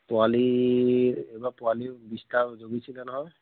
পোৱালি এইবাৰ পোৱালি বিশটা জোগিছিলে নহয়